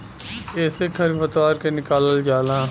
एसे खर पतवार के निकालल जाला